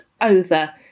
over